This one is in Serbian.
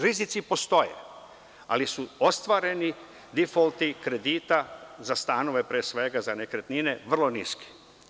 Rizici postoje, ali su ostvareni difolti kredita za stanove, pre svega, za nekretnine, vrlo niski.